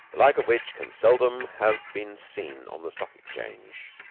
like of which can seldom have been seen on the stock exchange.